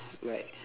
right